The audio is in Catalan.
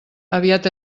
aviat